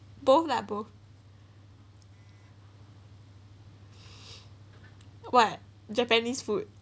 both lah both what japanese food